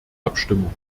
abstimmung